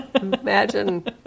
Imagine